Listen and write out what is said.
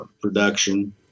production